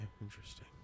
interesting